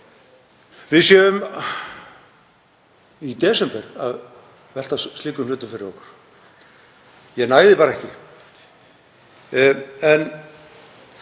við séum í desember að velta slíkum hlutum fyrir okkur. Ég næ því bara ekki.